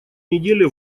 неделе